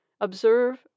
Observe